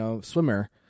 swimmer